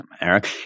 Eric